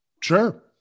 Sure